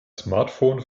smartphone